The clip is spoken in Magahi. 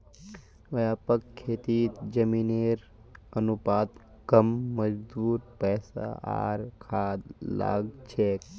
व्यापक खेतीत जमीनेर अनुपात कम मजदूर पैसा आर खाद लाग छेक